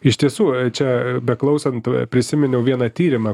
iš tiesų čia beklausant prisiminiau vieną tyrimą